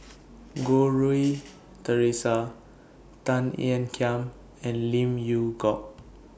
Goh Rui Theresa Tan Ean Kiam and Lim Yew Hock